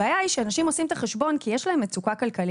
הבעיה היא שאנשים עושים את החשבון כי יש להם מצוקה כלכלית